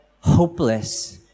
hopeless